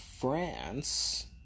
France